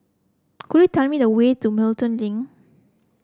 could you tell me the way to Milton Link